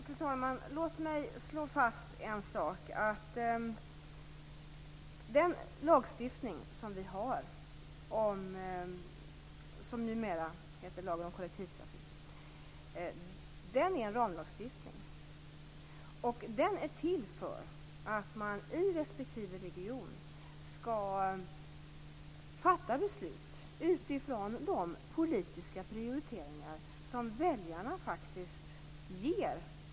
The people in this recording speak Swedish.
Fru talman! Naturligtvis markerar upphandlingsförordningen väldigt tydligt vad som gäller och vad som inte gäller. Jag skall väl inte debattera med frågeställaren, men det citat som nyss lästes var ju inte någon markering om en felaktighet.